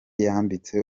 yambitse